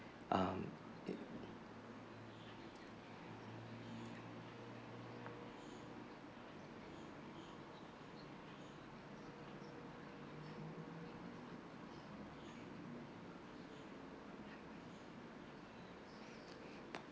um